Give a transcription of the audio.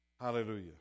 Hallelujah